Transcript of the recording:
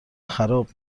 خراب